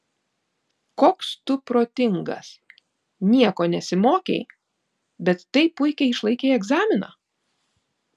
koks tu protingas nieko nesimokei bet taip puikiai išlaikei egzaminą